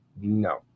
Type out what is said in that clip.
No